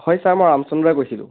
হয় ছাৰ মই ৰামচন্দ্ৰই কৈছিলোঁ